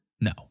no